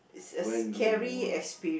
when you were